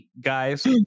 guys